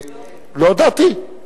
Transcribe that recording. לא הודעתי?